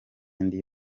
indi